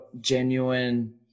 genuine